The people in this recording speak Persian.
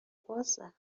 بازه